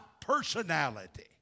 personality